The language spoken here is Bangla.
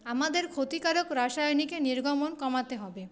আমাদের ক্ষতিকারক রাসায়নিকের নির্গমন কমাতে হবে